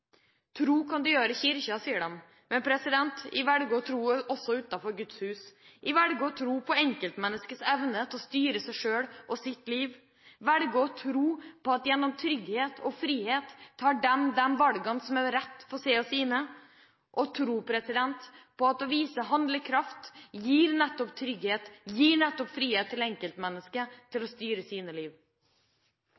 Tro kan du gjøre i kirken, sier de. Men jeg velger å tro også utenfor Guds hus. Jeg velger å tro på enkeltmenneskets evne til å styre seg selv og sitt liv, jeg velger å tro på at gjennom trygghet og frihet tar de de valgene som er rett for seg og sine, og tro på at å vise handlekraft gir nettopp trygghet, og gir nettopp frihet til enkeltmennesket til